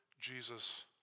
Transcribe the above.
Jesus